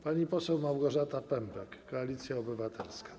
Pani poseł Małgorzata Pępek, Koalicja Obywatelska.